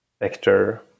vector